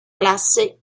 classe